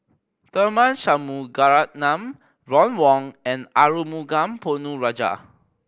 Tharman Shanmugaratnam Ron Wong and Arumugam Ponnu Rajah